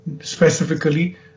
specifically